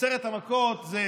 עשר המכות זה